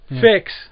fix